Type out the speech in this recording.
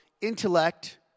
intellect